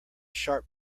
sharp